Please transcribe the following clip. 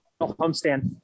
homestand